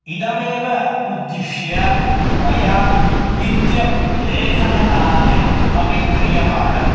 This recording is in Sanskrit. इदमेव उद्दिश्य मया नित्यं लेखनकार्यम् अपि क्रियमाणं